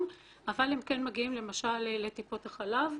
אבל הם כן מגיעים למשל לטיפול החלב.